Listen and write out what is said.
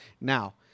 Now